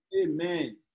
Amen